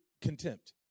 contempt